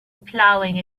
plowing